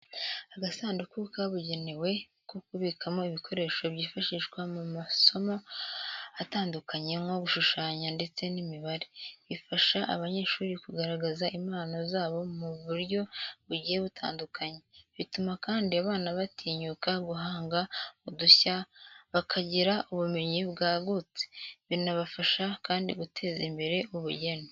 Agasanduku kabugenewe ko kubikamo ibikoresho byifashishwa mu masomo atandukanye nko gushushanya ndetse n'imibare. Bifasha abanyeshuri kugaragaza impano zabo mu buryo bugiye butandukanye, bituma kandi abana batinyuka guhanga udushya, bakagira ubumenyi bwagutse, binabafasha kandi guteza imbere ubugeni.